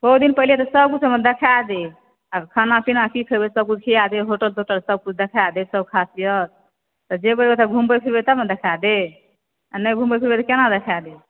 सब किछु देखाए देब खाना पीना की खेबै सबकिछु खियाए देब होटल तोटल सबकिछु देखाए देब सब खासियत तऽ जेबै ओतऽ घुमबै फिरबै तब ने देखाए देब आ नहि घुमबै फिरबै तऽ केना देखाए देब